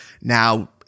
Now